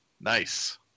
Nice